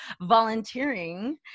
volunteering